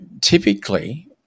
typically